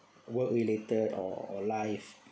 work related or life